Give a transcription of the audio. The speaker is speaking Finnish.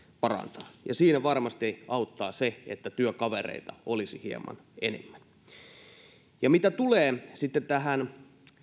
parantaa siinä varmasti auttaa se että työkavereita olisi hieman enemmän mitä tulee sitten tähän